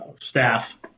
staff